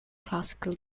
classical